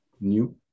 new